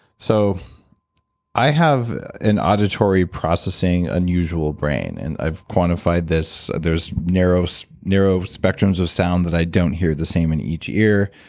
so i have an auditory processing unusual brain, and i've quantified this. there's ah so neurospectrums of sound that i don't hear the same in each ear,